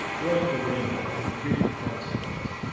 broke the windows and beat the constables.